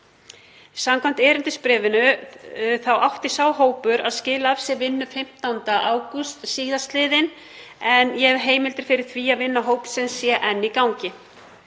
Samkvæmt erindisbréfinu þá átti sá starfshópur að skila af sér vinnu 15. ágúst síðastliðinn en ég hef heimildir fyrir því að vinna hópsins sé enn í gangi.